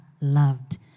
loved